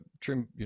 trim